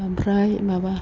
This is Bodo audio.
ओमफ्राय माबा